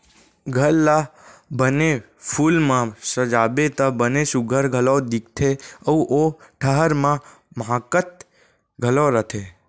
घर ला बने फूल म सजाबे त बने सुग्घर घलौ दिखथे अउ ओ ठहर ह माहकत घलौ रथे